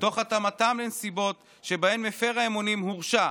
תוך התאמתם לנסיבות שבהן מפר האמונים הורשע,